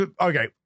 Okay